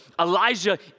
Elijah